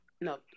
No